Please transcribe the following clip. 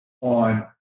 on